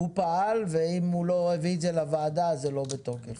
הוא פעל, ואם לא הביא את זה לוועדה - זה לא בתוקף.